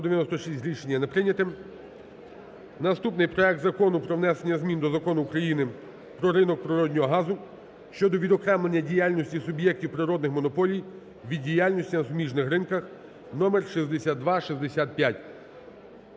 Наступний: проект Закону про внесення змін до Закону України "Про ринок природного газу" (щодо відокремлення діяльності суб'єктів природних монополій від діяльності на суміжних ринках) (№ 6265).